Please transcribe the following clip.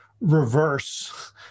reverse